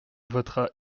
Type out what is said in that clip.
votera